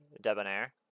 Debonair